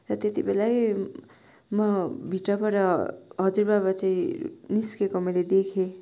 र त्यति बेलै म भित्रबाट हजुरबाबा चाहिँ निस्किएको मैले देखेँ